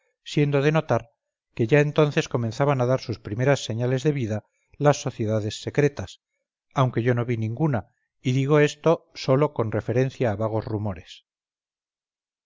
siendo de notar que ya entonces comenzaban a dar sus primeras señales de vida las sociedades secretas aunque yo no vi ninguna y digo esto sólo con referencia a vagos rumores